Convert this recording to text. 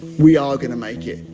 we are going to make it.